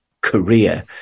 career